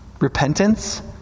Repentance